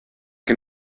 que